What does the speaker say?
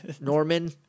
Norman